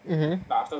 mmhmm